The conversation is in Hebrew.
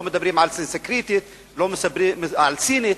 לא מדברים על סנסקריט ולא על סינית,